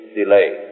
delay